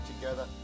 together